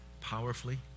powerfully